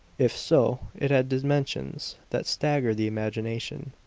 if so, it had dimensions that staggered the imagination.